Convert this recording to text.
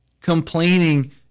Complaining